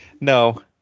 No